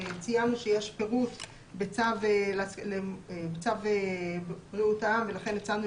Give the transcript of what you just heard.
ציינו שיש פירוט בצו בריאות העם ולכן הצענו